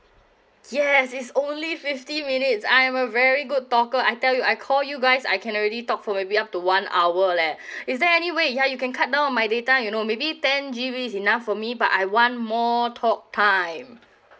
yes it's only fifty minutes I am a very good talker I tell you I call you guys I can already talk for maybe up to one hour leh is there any way ya you can cut down on my data you know maybe ten G_B is enough for me but I want more talk time